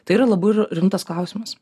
tai yra labai r rimtas klausimas